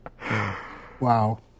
Wow